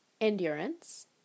endurance